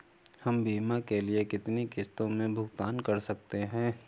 हम बीमा के लिए कितनी किश्तों में भुगतान कर सकते हैं?